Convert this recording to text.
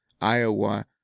Iowa